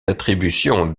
attributions